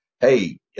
hey